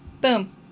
Boom